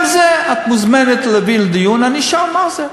גם זה, את מוזמנת להביא לדיון, אני אשאל מה זה.